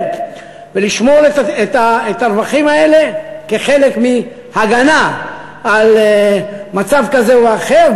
ולשמור את הרווחים האלה כחלק מהגנה על מצב כזה או אחר,